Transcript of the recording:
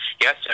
Yes